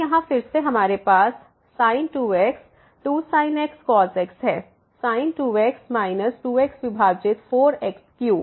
तो यहां फिर से हमारे पास sin 2x 2sin x cos x है sin 2x 2 x विभाजित 4 x3